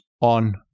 on